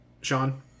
Sean